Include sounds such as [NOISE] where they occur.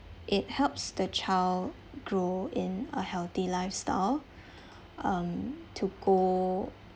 it helps the child grow in a healthy lifestyle [BREATH] um to go